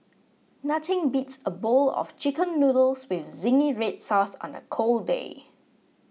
nothing beats a bowl of Chicken Noodles with Zingy Red Sauce on a cold day